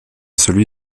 celui